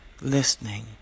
listening